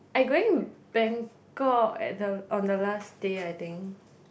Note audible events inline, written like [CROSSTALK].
I going Bangkok at the on the last day I think [BREATH]